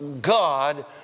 God